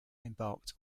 embarked